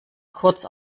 kurz